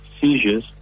seizures